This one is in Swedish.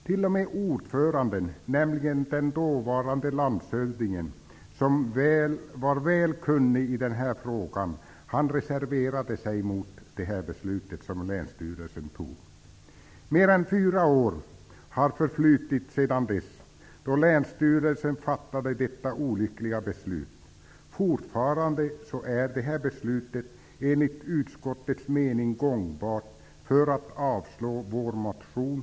T.o.m. ordföranden, nämligen den dåvarande landshövdingen, som var väl kunnig i denna fråga, reserverade sig mot det beslut som länsstyrelsen fattade. Mer än fyra år har förflutit sedan länsstyrelsen fattade detta olyckliga beslut. Fortfarande är detta beslut enligt utskottets mening gångbart för att avslå socialdemokraternas motion.